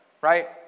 right